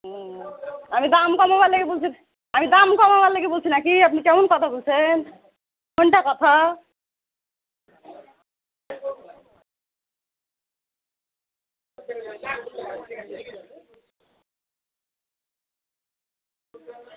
হুম আমি দাম কমাবার লিগে বলছি আমি দাম কমাবার লিগে বলছি না কি আপনি কেমন কথা বলছেন কোনটা কথা